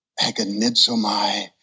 Agonizomai